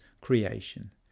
creation